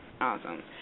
Awesome